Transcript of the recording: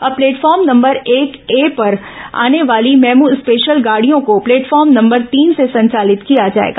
अँब platform number एकए पर आने वाली मेमू स्पेशल गाड़ियों को प्लेटफॉर्म नंबर तीन से संचालित किया जाएगा